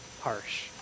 harsh